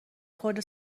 خورده